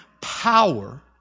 power